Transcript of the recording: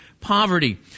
poverty